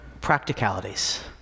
practicalities